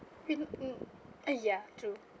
mm ah ya true